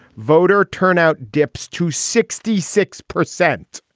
voter turnout dips to sixty six percent